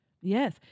Yes